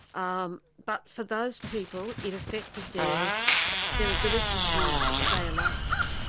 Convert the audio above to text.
um but for those people, it affected their their ability to stay alive,